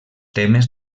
temes